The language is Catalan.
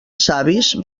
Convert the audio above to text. savis